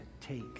Take